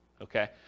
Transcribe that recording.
Okay